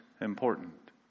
important